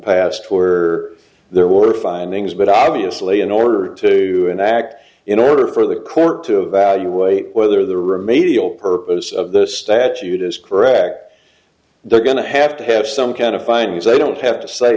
past where there were findings but obviously in order to an act in order for the court to evaluate whether the remedial purpose of the statute is correct they're going to have to have some kind of findings they don't have to say